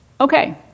okay